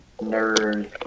nerd